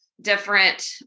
different